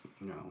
No